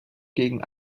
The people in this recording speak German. gegen